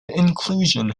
inclusion